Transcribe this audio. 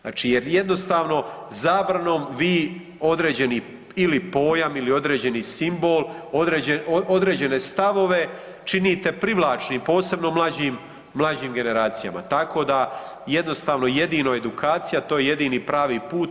Znači jer jednostavno zabranom vi određeni ili pojam ili određeni simbol, određene stavove činite privlačnim posebno mlađim generacijama tako da jednostavno jedino edukaciji to je jedini pravi put.